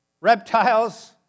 reptiles